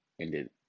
ended